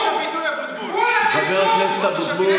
חופש הביטוי,